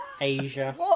Asia